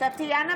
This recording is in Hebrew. טטיאנה